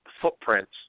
footprints